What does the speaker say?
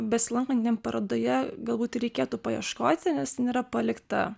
besilankantiem parodoje galbūt ir reikėtų paieškoti nes ten yra palikta